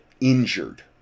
injured